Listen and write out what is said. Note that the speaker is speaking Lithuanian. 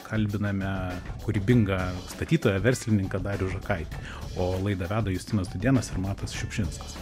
kalbiname kūrybingą statytoją verslininką darių žakaitį o laidą veda justinas dudėnas ir matas šiupšinskas